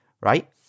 right